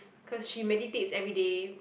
cause she meditates everyday